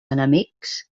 enemics